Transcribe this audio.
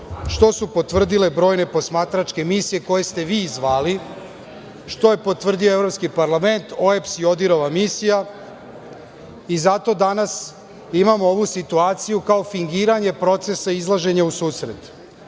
što su potvrdile brojne posmatračke misije koje ste vi zvali, što je potvrdio Evropski parlament, OEBS i ODIHR misija i zato danas imamo ovu situaciju kao fingiranje procesa izlaženja u susret. Zato